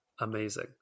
amazing